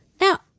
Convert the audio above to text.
Now